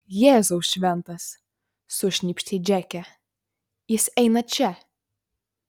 jėzau šventas sušnypštė džeke jis eina čia